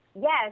Yes